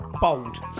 Bold